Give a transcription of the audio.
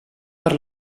per